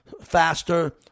faster